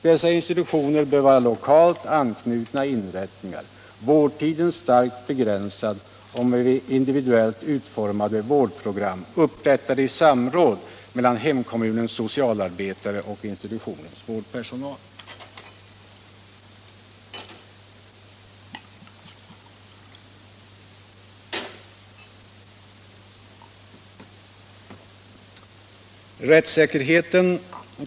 Dessa institutioner bör vara lokalt anknutna inrättningar, vårdtiden bör vara starkt begränsad och med individuellt utformade vårdprogram, upprättade i samråd mellan hemkommunens socialarbetare och institutionens vårdpersonal.